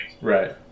right